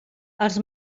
els